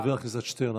חבר הכנסת שטרן,